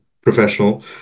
professional